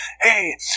hey